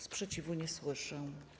Sprzeciwu nie słyszę.